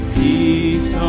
peace